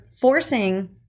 forcing